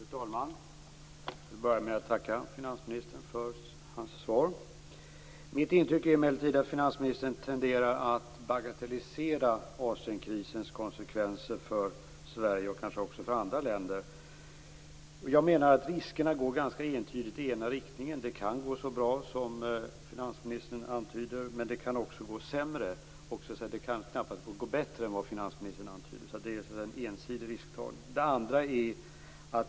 Fru talman! Jag vill börja med att tacka finansministern för hans svar. Mitt intryck är emellertid att finansministern tenderar att bagatellisera Asienkrisens konsekvenser för Sverige och kanske också för andra länder. Jag menar att riskerna ganska entydigt går i ena riktningen. Det kan gå så bra som finansministern antyder, men det kan också gå sämre. Det kan knappast gå bättre än finansministern antyder. Det är en ensidig risktagning.